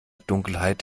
dunkelheit